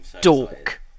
dork